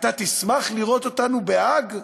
"אתה תשמח לראות אותנו בהאג?"